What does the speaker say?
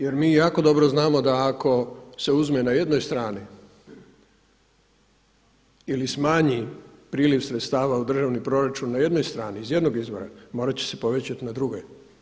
Jer mi jako dobro znamo da ako se uzme na jednoj strani ili smanji priliv sredstava u državni proračun na jednoj strani iz jednog izvora morat će se povećati na drugoj.